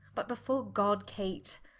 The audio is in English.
but before god kate,